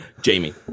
Jamie